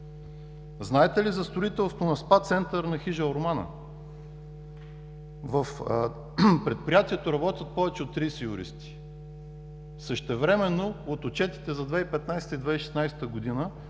Знаете ли за строителство на СПА център на хижа „Ормана“? В предприятието работят повече от 30 юристи. Същевременно от отчетите за 2015 г. и